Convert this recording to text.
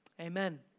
Amen